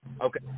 Okay